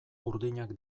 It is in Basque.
urdinak